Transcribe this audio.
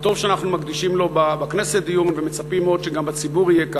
וטוב שאנחנו מקדישים לו בכנסת דיון ומצפים מאוד שגם בציבור יהיה כך,